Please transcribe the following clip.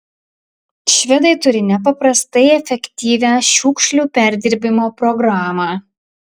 švedai turi nepaprastai efektyvią šiukšlių perdirbimo programą